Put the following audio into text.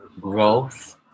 Growth